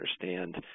understand